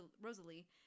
Rosalie